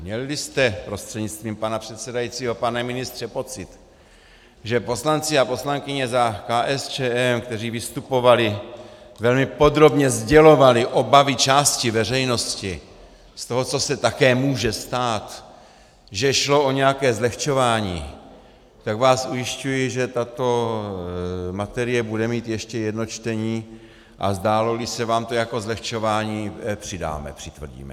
Mělli jste, prostřednictvím pana předsedajícího pane ministře, pocit, že poslanci a poslankyně za KSČM, kteří vystupovali, velmi podrobně sdělovali obavy části veřejnosti z toho, co se také může stát, že šlo o nějaké zlehčování, tak vás ujišťuji, že tato materie bude mít ještě jedno čtení, a zdáloli se vám to jako zlehčování, přidáme, přitvrdíme.